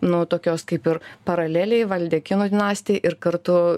nu tokios kaip ir paraleliai valdė kinų dinastija ir kartu